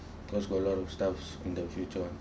cause got a lot of stuffs in the future